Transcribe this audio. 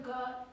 God